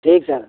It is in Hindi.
ठीक सर